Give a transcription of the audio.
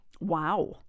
Wow